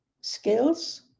skills